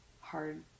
hard